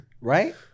Right